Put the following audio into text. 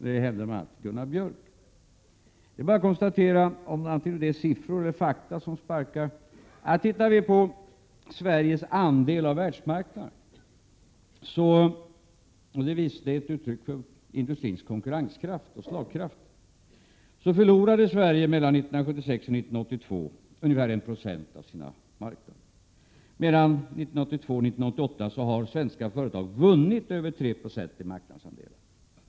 Det hävdar bl.a. Gunnar Björk. Ser vi på Sveriges andel av världsmarknaden -— ett uttryck för industrins konkurrenskraft och slagkraft — finner vi att Sverige mellan 1976 och 1982 förlorade ungefär 1 96 av sina marknader. Mellan 1982 och 1988 har svenska företag vunnit över 3 96 i marknadsandelar.